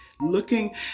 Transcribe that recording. looking